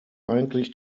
eigentlich